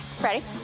Ready